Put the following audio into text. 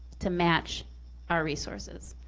to match our resources.